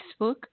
Facebook